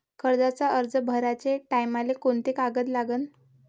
कर्जाचा अर्ज भराचे टायमाले कोंते कागद लागन?